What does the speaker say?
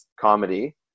comedy